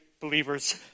believers